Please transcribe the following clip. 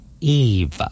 eve